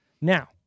Now